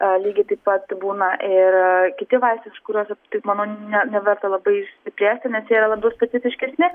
lygiai taip pat būna ir kiti vaistai už kuriuos taip manau neverta labai išsiplėsti nes jie yra labiau specifiškesni